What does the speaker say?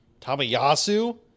Tamayasu